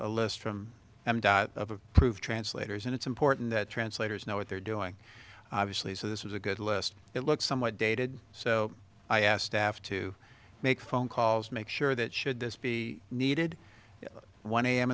a list from a proof translators and it's important that translators know what they're doing obviously so this is a good list it looks somewhat dated so i asked staff to make phone calls make sure that should this be needed one a